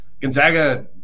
Gonzaga